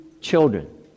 children